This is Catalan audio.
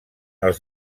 els